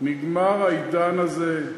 נגמר העידן הזה.